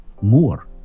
more